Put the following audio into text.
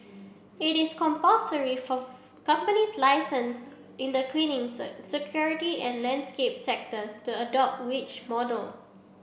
it is compulsory for companies licensed in the cleaning security and landscape sectors to adopt wage model